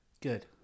Good